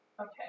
Okay